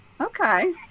Okay